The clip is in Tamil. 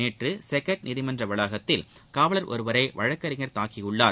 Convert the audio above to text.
நேற்று செகட் நீதிமன்ற வளாகத்தில் காவலர் ஒருவரை வழக்கறிஞர் தாக்கியுள்ளார்